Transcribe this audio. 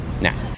now